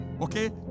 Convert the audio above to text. Okay